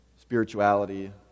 spirituality